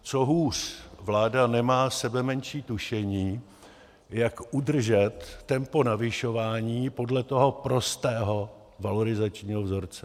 Co hůř, vláda nemá sebemenší tušení, jak udržet tempo navyšování podle toho prostého valorizační vzorce.